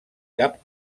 cap